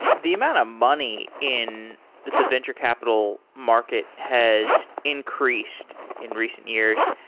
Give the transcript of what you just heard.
the amount of money in the venture capital market has increased in recent years.